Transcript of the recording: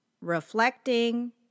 reflecting